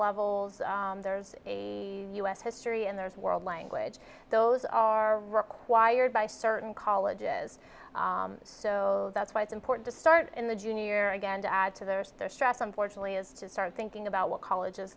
levels there's a u s history and there's world language those are required by certain colleges so that's why it's important to start in the junior year again to add to theirs their stress unfortunately is to start thinking about what college